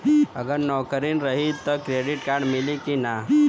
अगर नौकरीन रही त क्रेडिट कार्ड मिली कि ना?